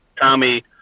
Tommy